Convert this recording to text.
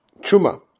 Chuma